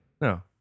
no